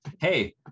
hey